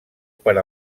per